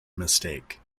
mistake